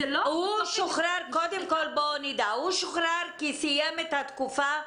הוא שוחרר כי הוא סיים את התקופה,